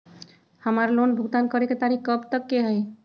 हमार लोन भुगतान करे के तारीख कब तक के हई?